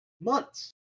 months